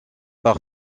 par